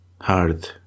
hard